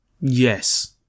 Yes